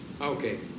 Okay